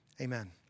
Amen